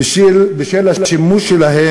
הראות שלנו.